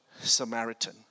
Samaritan